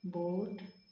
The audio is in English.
boat